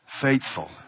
Faithful